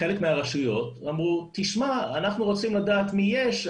חלק מהרשויות אמרו תשמע אנחנו רוצים לדעת מי יש,